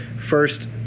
first